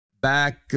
back